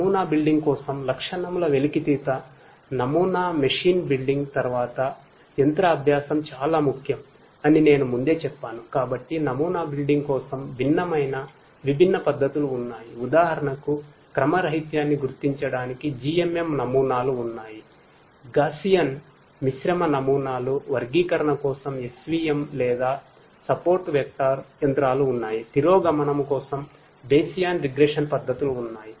నమూనా బిల్డింగ్ పద్ధతులు ఉన్నాయి